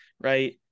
right